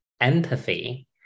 empathy